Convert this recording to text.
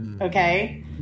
Okay